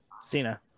Cena